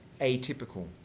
atypical